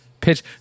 pitch